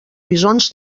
bisons